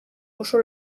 oso